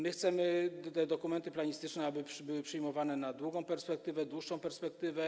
My chcemy, aby te dokumenty planistyczne były przyjmowane na długą perspektywę, dłuższą perspektywę.